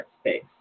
space